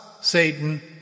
Satan